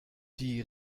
die